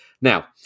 Now